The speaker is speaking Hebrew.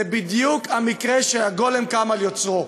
זה בדיוק המקרה שהגולם קם על יוצרו.